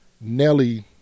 Nelly